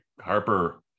Harper